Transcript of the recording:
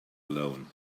alone